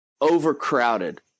overcrowded